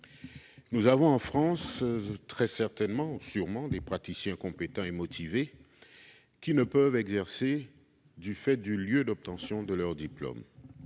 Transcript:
Nous avons en France, très certainement- sûrement, même -, des praticiens compétents et motivés qui ne peuvent exercer du fait du lieu d'obtention de leur diplôme.